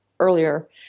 earlier